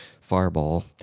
fireball